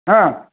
हा